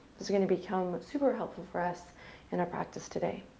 this going to become super helpful for us in our practice today.